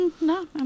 no